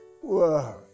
Whoa